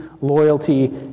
loyalty